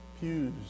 pews